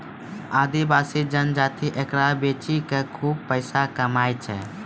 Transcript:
आदिवासी जनजाति एकरा बेची कॅ खूब पैसा कमाय छै